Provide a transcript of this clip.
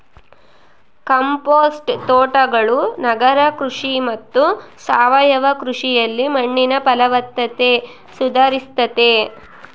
compost ತೋಟಗಳು ನಗರ ಕೃಷಿ ಮತ್ತು ಸಾವಯವ ಕೃಷಿಯಲ್ಲಿ ಮಣ್ಣಿನ ಫಲವತ್ತತೆ ಸುಧಾರಿಸ್ತತೆ